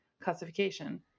classification